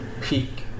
Peak